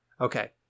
Okay